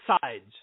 sides